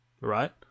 Right